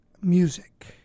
music